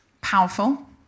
Powerful